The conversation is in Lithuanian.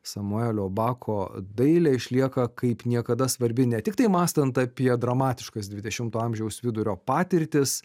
samuelio bako dailė išlieka kaip niekada svarbi ne tiktai mąstant apie dramatiškas dvidešimto amžiaus vidurio patirtis